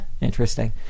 Interesting